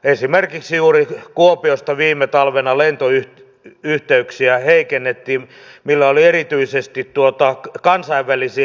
esimerkiksi juuri kuopiosta viime talvena lentoyhteyksiä heikennettiin millä oli erityisesti kansainvälisiin jatkoyhteyksiin varsin halvaannuttava vaikutus